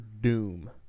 doom